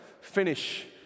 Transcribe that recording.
finish